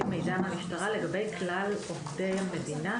מידע מהמשטרה לגבי כלל עובדי המדינה,